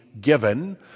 given